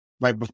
right